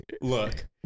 Look